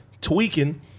tweaking